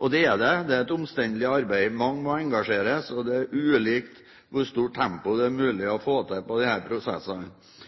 og det er det. Det er et omstendelig arbeid. Mange må engasjeres, og det er ulikt hvor stort tempo det er mulig å få til på disse prosessene.